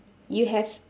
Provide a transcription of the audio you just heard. you have